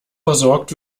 versorgt